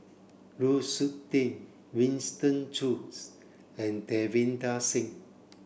Lu Suitin Winston Choos and Davinder Singh